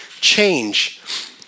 change